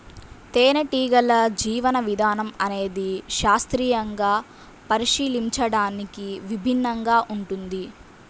తేనెటీగల జీవన విధానం అనేది శాస్త్రీయంగా పరిశీలించడానికి విభిన్నంగా ఉంటుంది